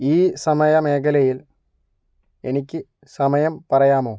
ഈ സമയ മേഖലയിൽ എനിക്ക് സമയം പറയാമോ